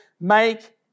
make